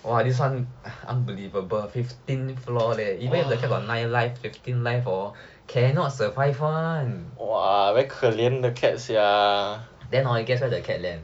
!wah! this [one] unbelievable fifteen floor even if the cat got nine life fifteen life hor cannot survive [one] then you guess where the cat land